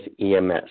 EMS